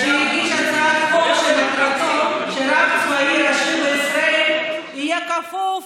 שהגיש הצעת חוק שמטרתה שרב צבאי ראשי בישראל יהיה כפוף